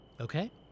Okay